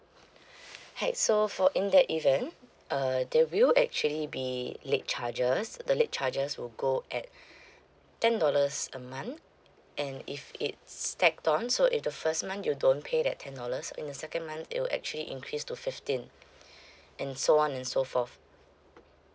!hey! so for in the event uh there will actually be late charges the late charges will go at ten dollars a month and if it stacked on so if the first month you don't pay that ten dollars in the second month it will actually increase to fifteen and so on and so forth